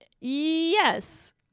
yes